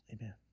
Amen